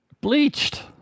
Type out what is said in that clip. bleached